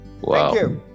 Wow